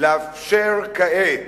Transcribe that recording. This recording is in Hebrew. לאפשר כעת